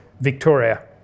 Victoria